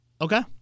Okay